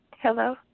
Hello